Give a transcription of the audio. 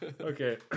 Okay